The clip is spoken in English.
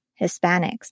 Hispanics